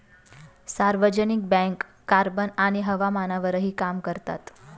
सार्वजनिक bank carbon आणि हवामानावरही काम करतात